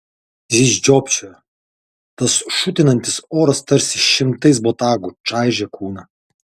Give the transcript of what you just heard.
jis žiopčiojo tas šutinantis oras tarsi šimtais botagų čaižė kūną